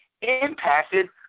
impacted